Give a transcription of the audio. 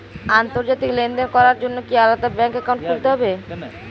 আন্তর্জাতিক লেনদেন করার জন্য কি আলাদা ব্যাংক অ্যাকাউন্ট খুলতে হবে?